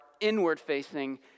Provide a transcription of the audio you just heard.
inward-facing